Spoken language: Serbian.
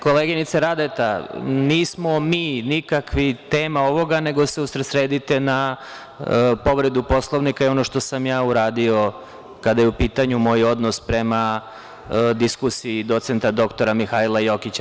Koleginice Radeta, nismo mi nikakvi tema ovoga, nego se usredsredite na povredu Poslovnika i ono što sam ja uradio kada je u pitanju moj odnos prema diskusiji docenta dr Mihajla Jokića.